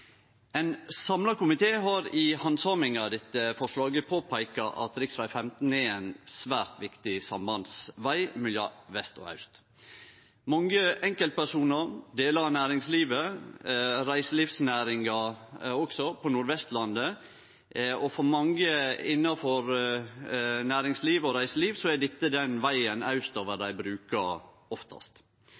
Ein samla komité har i handsaminga av dette forslaget påpeika at rv. 15 er ein svært viktig sambandsveg mellom vest og aust. For mange enkeltpersonar, delar av næringslivet og reiselivsnæringa på Nord-Vestlandet er dette den vegen austover dei brukar oftast.